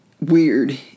weird